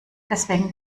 deswegen